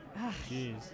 Jeez